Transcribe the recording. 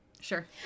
sure